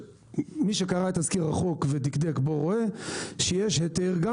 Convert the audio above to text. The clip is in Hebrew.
מי שקרא את תזכיר החוק ודקדק בו רואה שיש היתר גם